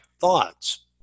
thoughts